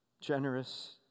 generous